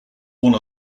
one